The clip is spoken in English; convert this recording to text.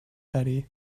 betty